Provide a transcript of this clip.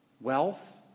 wealth